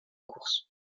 course